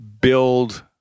build